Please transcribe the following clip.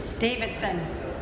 Davidson